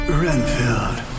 renfield